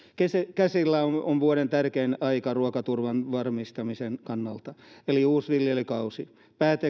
käsillä on vuoden tärkein aika ruokaturvan varmistamisen kannalta eli uusi viljelykausi